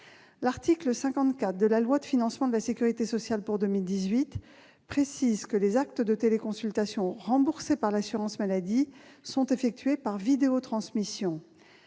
L'article 54 de la loi de financement de la sécurité sociale pour 2018 précise que « les actes de téléconsultations remboursés par l'assurance maladie sont effectués par vidéotransmission